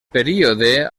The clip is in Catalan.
període